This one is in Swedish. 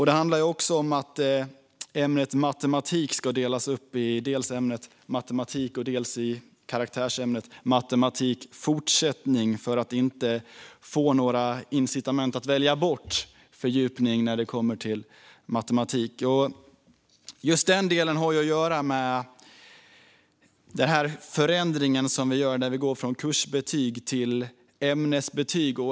Det handlar också om att ämnet matematik ska delas upp i dels ämnet matematik, dels karaktärsämnet matematik fortsättning, detta för att inte skapa några incitament att välja bort fördjupning när det kommer till matematik. Just den delen har att göra med förändringen när vi går från kursbetyg till ämnesbetyg.